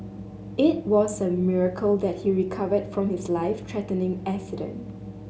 it was a miracle that he recovered from his life threatening accident